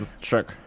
trick